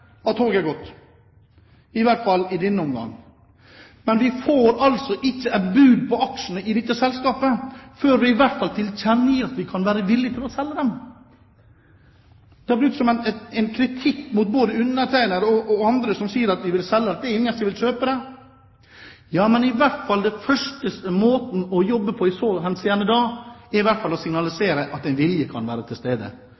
toget er gått, i hvert fall i denne omgang. Men vi får altså ikke et bud på aksjene i dette selskapet før vi i hvert fall tilkjennegir at vi kan være villige til å selge dem. Det er brukt som kritikk både mot undertegnede og andre som sier at vi vil selge, at det er ingen som vil kjøpe det. Det første man må gjøre i så henseende, er i hvert fall å